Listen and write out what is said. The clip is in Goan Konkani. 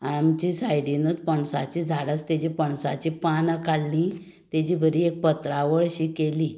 आमच्या सायडीनूच पणसाचें झाड आसा ताजे पणसाचीं पानां काडलीं ताजी बरी एक पत्रावळ शी केली